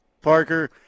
Parker